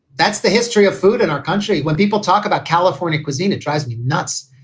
that's the history of food in our country. when people talk about california cuisine, it drives me nuts.